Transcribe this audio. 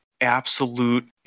absolute